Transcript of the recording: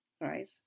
Right